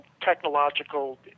technological